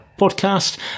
podcast